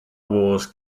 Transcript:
wars